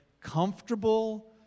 Comfortable